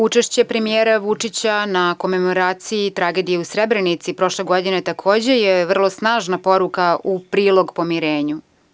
Učešće premijera Vučića na komemoraciji tragedije u Srebrenici prošle godine takođe je vrlo snažna poruka u prilog pomirenju.